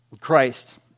Christ